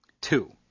Two